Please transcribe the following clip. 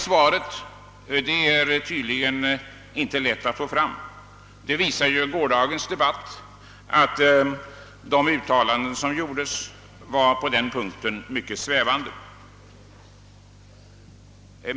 Svaret är tydligen inte lätt att få fram; de uttalanden som gjordes under gårdagens debatt var på den punkten mycket svävande.